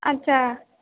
अच्छा